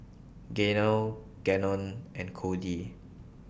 Gaynell Gannon and Kody